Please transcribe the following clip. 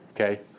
okay